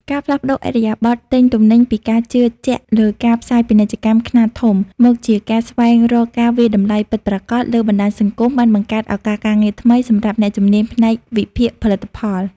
ការផ្លាស់ប្តូរឥរិយាបថទិញទំនិញពីការជឿជាក់លើការផ្សាយពាណិជ្ជកម្មខ្នាតធំ មកជាការស្វែងរកការវាយតម្លៃពិតប្រាកដលើបណ្តាញសង្គម បានបង្កើតឱកាសការងារថ្មីសម្រាប់អ្នកជំនាញផ្នែកវិភាគផលិតផល។